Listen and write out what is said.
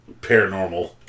paranormal